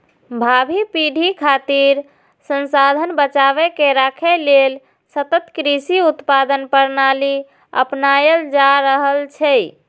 भावी पीढ़ी खातिर संसाधन बचाके राखै लेल सतत कृषि उत्पादन प्रणाली अपनाएल जा रहल छै